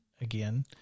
again